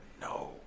No